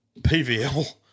PVL